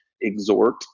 exhort